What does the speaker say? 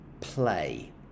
play